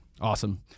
Awesome